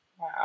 Wow